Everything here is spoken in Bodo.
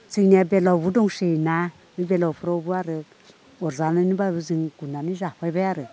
जोंनिया बेलावबो दंसोयोना बे बेलावफोरावबो आरो अरजानानैबाबो जों गुरनानै जाफायबाय आरो